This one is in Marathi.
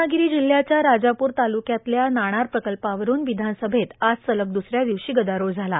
रत्नागिरी जिल्ह्याच्या राजापूर तालुक्यातल्या नाणार प्रकल्पावरून विधानसभेत आज सलग दुसऱ्या दिवशी गदारोळ झाला